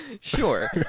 sure